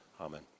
amen